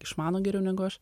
išmano geriau negu aš